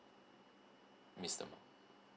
miss them